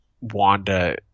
Wanda